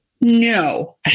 no